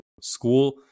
school